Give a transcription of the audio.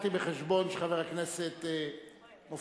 הבאתי בחשבון שחבר הכנסת מופז